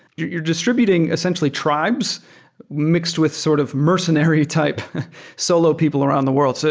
you're distributing essentially tribes mixed with sort of mercenary type solo people around the world. so